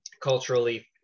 culturally